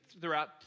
throughout